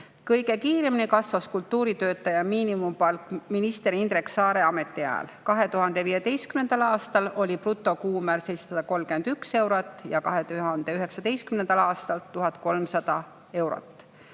kõige kiiremini kasvas kultuuritöötajate miinimumpalk minister Indrek Saare ametiajal. 2015. aastal oli brutokuumäär 731 eurot ja 2019. aastal 1300 eurot.